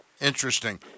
Interesting